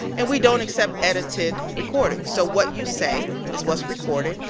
and we don't accept edited recordings. so what you say is what's recorded,